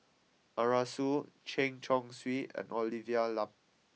Arasu Chen Chong Swee and Olivia Lum